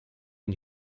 ein